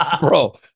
bro